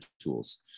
tools